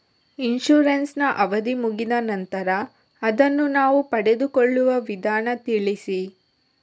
Insurance ನ ಅವಧಿ ಮುಗಿದ ನಂತರ ಅದನ್ನು ನಾವು ಪಡೆದುಕೊಳ್ಳುವ ವಿಧಾನ ತಿಳಿಸಿ?